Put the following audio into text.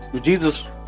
Jesus